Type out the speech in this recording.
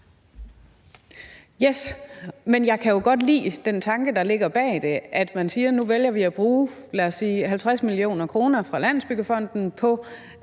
jeg kan jo godt lide den tanke, der ligger bag det, altså at man siger, at man nu vælger at bruge, lad os sige 50 mio. kr. fra Landsbyggefonden på,